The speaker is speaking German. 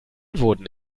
wurden